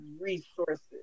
resources